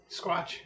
Squatch